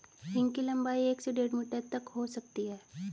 हींग की लंबाई एक से डेढ़ मीटर तक हो सकती है